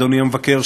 אדוני המבקר,